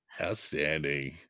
Outstanding